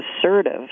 assertive